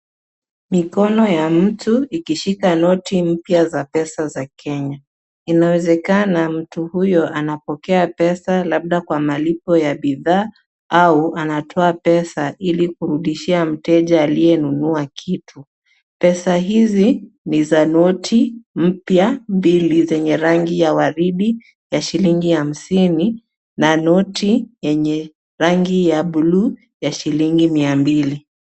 Mikono ya mtu ikishika noti mpya za pesa za Kenya. Inawezekana mtu huyo anapokea pesa labda kwa malipo ya bidhaa au anatoa pesa ili kurudishia mteja aliyenunua kitu. Pesa hizi ni za noti mpya mbili zenye rangi ya waridi ya shilingi hamsini na noti yenye rangi ya bluu ya shilingi mia mbili.